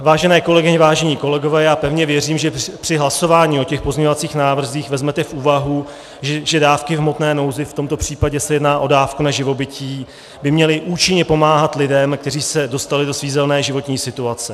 Vážené kolegyně, vážení kolegové, pevně věřím, že při hlasování o těchto pozměňovacích návrzích vezmete v úvahu, že dávky v hmotné nouzi, v tomto případě se jedná o dávku na živobytí, by měly účinně pomáhat lidem, kteří se dostali do svízelné životní situace.